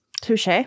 Touche